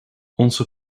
onze